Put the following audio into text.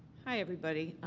hi everybody.